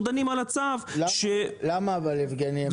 למה יבגני?